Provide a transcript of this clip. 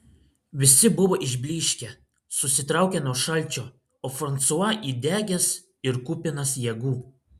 visi buvo išblyškę susitraukę nuo šalčio o fransua įdegęs ir kupinas jėgų